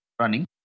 running